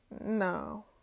no